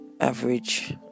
average